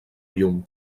llum